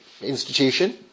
institution